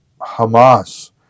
Hamas